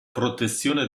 protezione